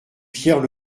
pierre